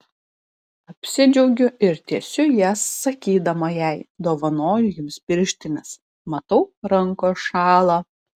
apsidžiaugiu ir tiesiu jas sakydama jai dovanoju jums pirštines matau rankos šąla